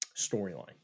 storyline